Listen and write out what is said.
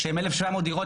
שהם 1700 דירות,